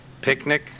Picnic